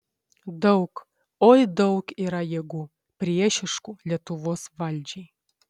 daug oi daug yra jėgų priešiškų lietuvos valdžiai